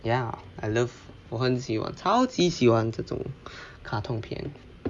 ya I love 我很喜欢超级喜欢这种卡通片